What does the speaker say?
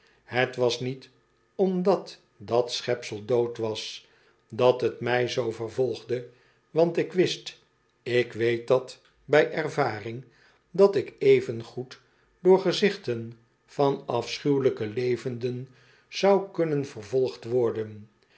het was niet omdat dat schepsel dood was dat het mij zoo vervolgde want ik wist ik weet dat bh ervaring dat ik evengoed door gezichten van afschuwelijke levenden zou kunnen vervolgd worden